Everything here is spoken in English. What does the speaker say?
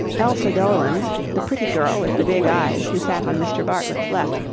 elsa doland, the pretty girl with the big eyes who sat on mr. bartlett's left,